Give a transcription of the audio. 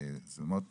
וזה מאוד מקשה.